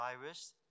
virus